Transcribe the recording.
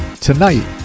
Tonight